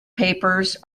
papers